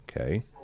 okay